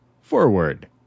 forward